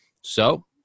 So-